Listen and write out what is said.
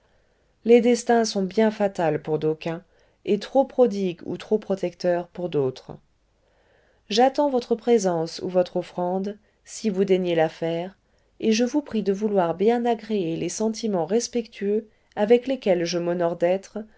les destins sont bien fatals pour d'aucuns et trop prodigue ou trop protecteur pour d'autres j'attends votre présence ou votre offrande si vous daignez la faire et je vous prie de vouloir bien agréer les sentiments respectueux avec lesquels je m'honore d'être